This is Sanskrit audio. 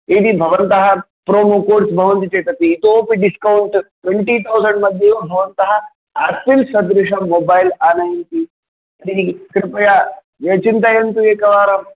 यदि भवन्तः प्रोमो कोड्स् भवन्ति चेदपि इतोपि डिस्कौण्ट् ट्वेण्टि थौसेण्ड् मध्ये एव भवन्तः आपल् सदृशं मोबैल् आनयन्ति तर्हि कृपया विचिन्तयन्तु एकवारम्